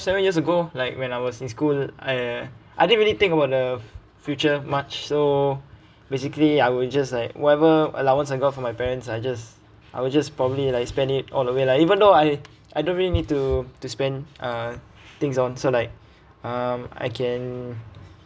seven years ago like when I was in school I I didn't really think about of future much so basically I will just like whatever allowance I got from my parents I just I will just probably like you spend it all the way lah even though I I don't really need to to spend uh things on so like um I can